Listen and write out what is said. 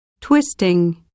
twisting